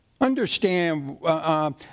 Understand